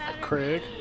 Craig